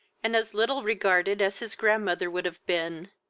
and as little regarded as his grandmother would have been.